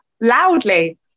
loudly